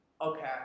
Okay